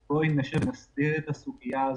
בן דוד על-מנת שנסדיר את הסוגיה הזאת,